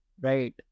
Right